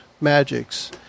magics